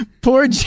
Poor